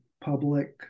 public